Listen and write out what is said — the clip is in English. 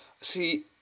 see